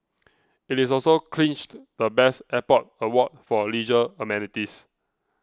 it also clinched the best airport award for leisure amenities